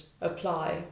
apply